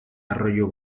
arroyo